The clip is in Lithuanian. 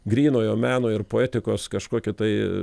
grynojo meno ir poetikos kažkokį tai